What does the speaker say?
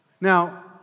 Now